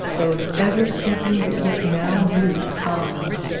those ever speaking but yet now mute eyes,